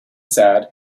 sad